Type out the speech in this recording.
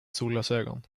solglasögon